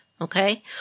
Okay